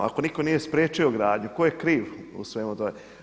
Ako nitko nije spriječio gradnju tko je kriv u svemu tome.